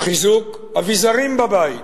חיזוק אביזרים בבית,